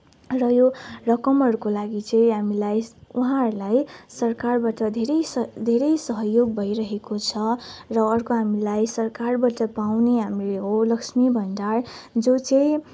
र यो रकमहरूको लागि चाहिँ हामीलाई उहाँहरूलाई सरकारबाट धेरै स धेरै सहयोग भइरहेको छ र अर्को हामीलाई सरकारबाट पाउने हामीले हो लक्ष्मी भन्डार जो चाहिँ